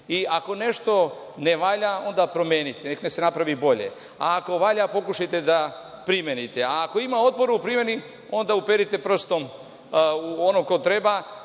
Ako nešto ne valja, onda promenite, neka se napravi bolje, a ako valja, pokušajte da primenite. Ako ima otpora u primeni, onda uperite prstom u onog ko treba